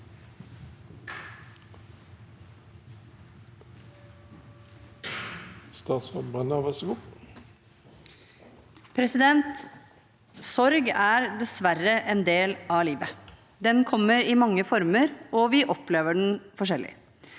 Sorg er dessverre en del av livet. Den kommer i mange former, og vi opplever den forskjellig.